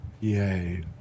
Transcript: Yay